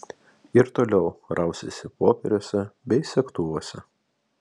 ir toliau rausėsi popieriuose bei segtuvuose